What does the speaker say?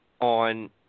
on